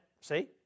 See